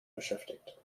beschäftigt